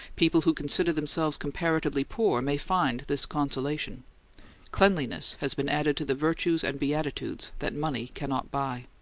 people who consider themselves comparatively poor may find this consolation cleanliness has been added to the virtues and beatitudes that money can not buy.